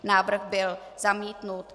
Návrh byl zamítnut.